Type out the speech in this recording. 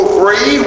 free